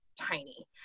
tiny